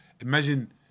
imagine